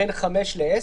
בין 5,000 ל-10,000.